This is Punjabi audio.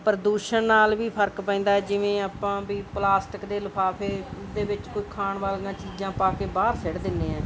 ਪ੍ਰਦੂਸ਼ਣ ਨਾਲ ਵੀ ਫਰਕ ਪੈਂਦਾ ਹੈ ਜਿਵੇਂ ਆਪਾਂ ਵੀ ਪਲਾਸਟਿਕ ਦੇ ਲਿਫਾਫੇ ਦੇ ਵਿੱਚ ਕੋਈ ਖਾਣ ਵਾਲੀਆਂ ਚੀਜ਼ਾਂ ਪਾ ਕੇ ਬਾਹਰ ਸਿੱਟ ਦਿੰਦੇ ਹਾਂ